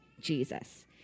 Jesus